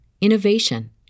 innovation